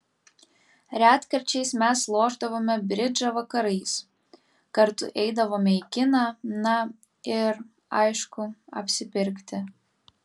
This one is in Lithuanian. retkarčiais mes lošdavome bridžą vakarais kartu eidavome į kiną na ir aišku apsipirkti